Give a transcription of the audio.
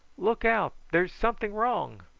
look out! there's something wrong.